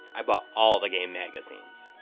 i bought all the game magazines.